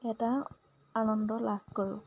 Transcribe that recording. এটা আনন্দ লাভ কৰোঁ